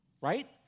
Right